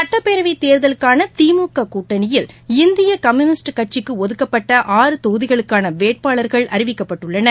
சுட்டப்பேரவைத்தேர்தலுக்கானதிமுககூட்டணியில் இந்தியகம்யூனிஸ்ட் கட்சிக்குஒதுக்கப்பட்ட ஆறு தொகுதிகளுக்கானவேட்பாளர்கள் அறிவிக்கப்பட்டுள்ளனர்